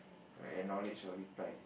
acknowledge or reply